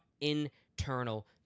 internal